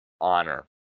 honor